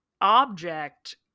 object